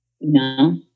No